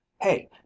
hey